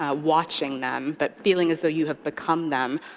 ah watching them, but feeling as though you have become them,